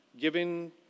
giving